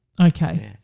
okay